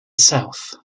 south